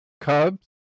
Cubs